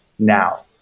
Now